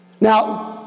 Now